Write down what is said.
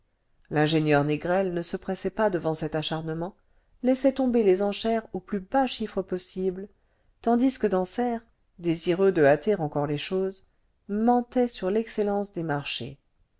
l'ingénieur négrel ne se pressait pas devant cet acharnement laissait tomber les enchères aux plus bas chiffres possibles tandis que dansaert désireux de hâter encore les choses mentait sur l'excellence des marchés